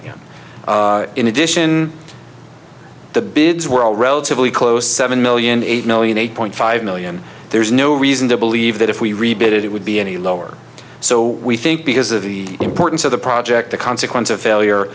again in addition the big we're all relatively close seven million eight million eight point five million there's no reason to believe that if we rebuilt it it would be any lower so we think because of the importance of the project the consequence of failure